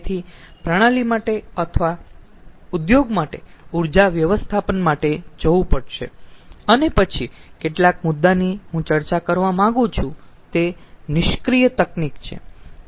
તેથી પ્રણાલી માટે અથવા ઉદ્યોગ માટે ઊર્જા વ્યવસ્થાપન માટે જવું પડશે અને પછી કેટલાક મુદ્દાની હું ચર્ચા કરવા માંગું છું તે નિષ્ક્રીય તકનીક છે નિષ્ક્રિય તકનીક શું છે